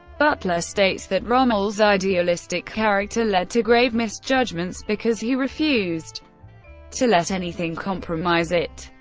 butler states that rommel's idealistic character led to grave misjudgements, because he refused to let anything compromise it,